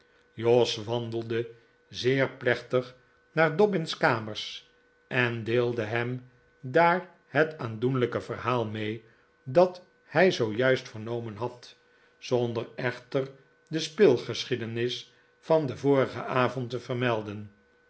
jos wandelde zeer plechtig naar dobbin's kamers en deelde hem daar het aandoenlijke verhaal mee dathij zoo juist vernomen had zonder echter de speelgeschiedenis van den vorigen avond te vermelden